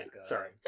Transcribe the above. Sorry